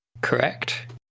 correct